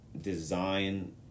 design